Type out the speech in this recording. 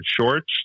shorts